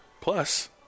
Plus